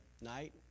night